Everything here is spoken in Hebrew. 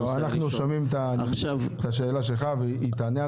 היועצת המשפטית תענה לשאלתך.